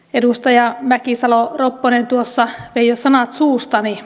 edustaja mäkisalo ropponen vei jo sanat suustani